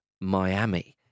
Miami